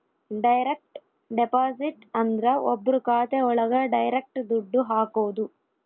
direct deposit ಅಂದ್ರ ಒಬ್ರು ಖಾತೆ ಒಳಗ ಡೈರೆಕ್ಟ್ ದುಡ್ಡು ಹಾಕೋದು